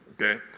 Okay